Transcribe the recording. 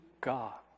God